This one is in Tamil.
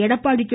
எடப்பாடி கே